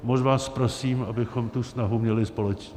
Moc vás prosím, abychom tu snahu měli společně.